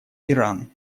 иран